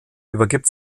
übergibt